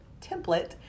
template